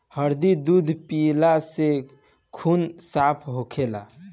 हरदी दूध पियला से खून साफ़ होखेला